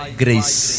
grace